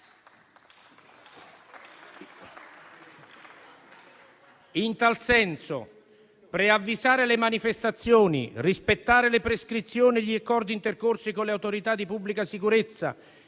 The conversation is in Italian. In tal senso preavvisare le manifestazioni, rispettare le prescrizioni e gli accordi intercorsi con le autorità di pubblica sicurezza,